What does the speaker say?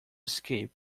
escape